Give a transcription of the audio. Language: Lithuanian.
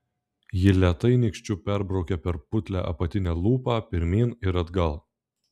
ji lėtai nykščiu perbraukė per putlią apatinę lūpą pirmyn ir atgal